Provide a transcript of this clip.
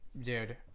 dude